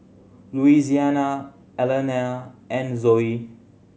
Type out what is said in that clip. Louisiana Alanna and Zoe